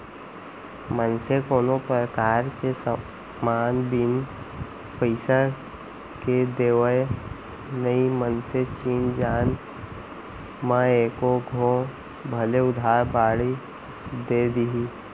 मनसे कोनो परकार के समान बिन पइसा के देवय नई मनसे चिन जान म एको घौं भले उधार बाड़ी दे दिही